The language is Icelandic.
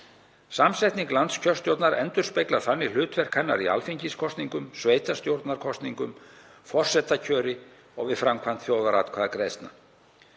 Samsetning landskjörstjórnar endurspeglar þannig hlutverk hennar í alþingiskosningum, sveitarstjórnarkosningum, forsetakjöri og við framkvæmd þjóðaratkvæðagreiðslna.